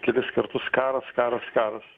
kelis kartus karas karas karas